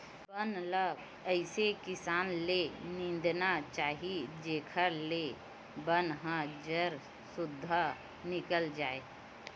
बन ल अइसे किसम ले निंदना चाही जेखर ले बन ह जर सुद्धा निकल जाए